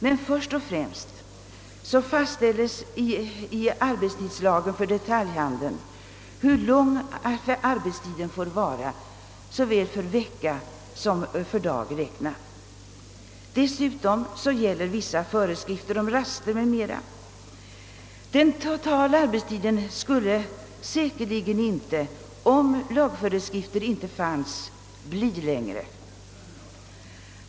Men först och främst kan sägas att det i arbetstidslagen för detaljhandeln fastställes hur lång arbetstiden får vara såväl för vecka som för dag räknat. Dessutom gäller vissa föreskrifter om raster m.m. Om föreskrifter angående öppethållandet inte funnes, skulle den totala arbetstiden säkerligen inte bli längre.